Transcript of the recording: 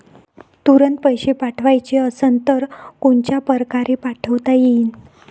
तुरंत पैसे पाठवाचे असन तर कोनच्या परकारे पाठोता येईन?